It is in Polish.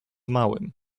małym